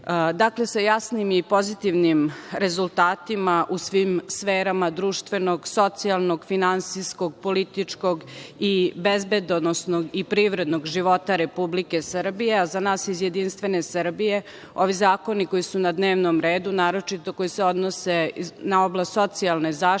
sa jasnim i pozitivnim rezultatima u svim sferama društvenog, socijalnog, finansijskog, političkog i bezbedonosnog i privrednog života Republike Srbije, a za nas iz Jedinstvene Srbije, ovi zakoni koji su ma dnevnom redu, naročito koji se odnose na oblast socijalne zaštite